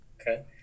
Okay